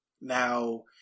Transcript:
now